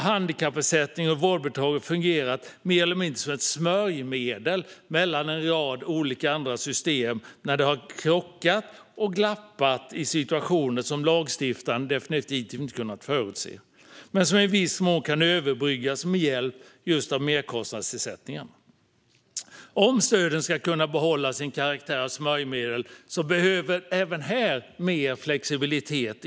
Handikappersättningen och vårdbidraget har fungerat mer eller mindre som ett smörjmedel mellan en rad olika andra system när det har krockat och glappat i situationer som lagstiftaren definitivt inte kunnat förutse men som i viss mån kunnat överbryggas med hjälp av merkostnadsersättningar. Om stöden ska kunna behålla sin karaktär av smörjmedel behöver det även här införas mer flexibilitet.